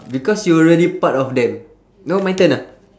because you already part of them now my turn ah